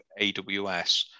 AWS